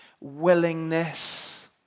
willingness